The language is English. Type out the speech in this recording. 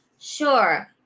Sure